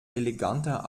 eleganter